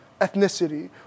ethnicity